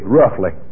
roughly